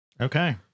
Okay